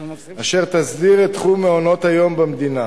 אשר תסדיר את תחום מעונות-היום במדינה,